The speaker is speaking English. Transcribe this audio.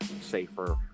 safer